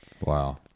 Wow